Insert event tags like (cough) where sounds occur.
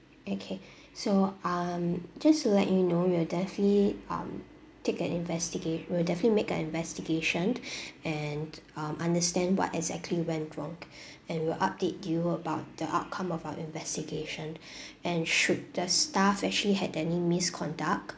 okay so um just to let you know we'll definitely um take and investigate we'll definitely make an investigation (breath) and um understand what exactly went wrong and we'll update you about the outcome of our investigation and should the staff actually had any misconduct